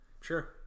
Sure